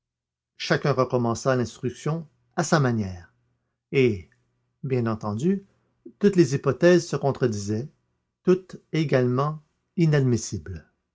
chacun recommença l'instruction à sa manière et bien entendu toutes les hypothèses se contredisaient toutes également inadmissibles